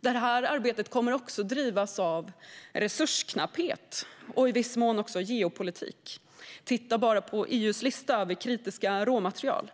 Detta arbete kommer också att drivas av resursknapphet och i viss mån geopolitik. Titta bara på EU:s lista över kritiska råmaterial!